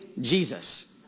Jesus